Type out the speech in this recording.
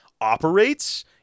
operates